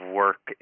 work